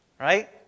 right